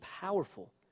powerful